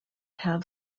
have